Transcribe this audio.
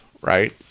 right